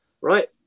right